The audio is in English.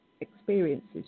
experiences